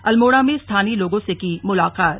अल्मोड़ा में स्थानीय लोगों से की मुलाकात